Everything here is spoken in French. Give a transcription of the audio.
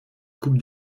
coupe